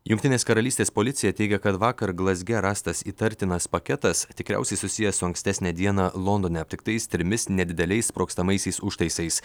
jungtinės karalystės policija teigia kad vakar glazge rastas įtartinas paketas tikriausiai susijęs su ankstesnę dieną londone aptiktais trimis nedideliais sprogstamaisiais užtaisais